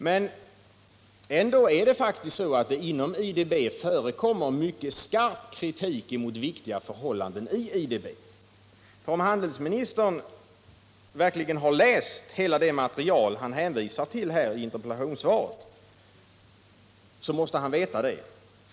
Det är emellertid ändå så, att det inom IDB förekommer mycket skarp kritik mot viktiga förhållanden just inom IDB. Om handelsministern verkligen har läst hela det material han hänvisar till i interpellationssvaret måste han veta det.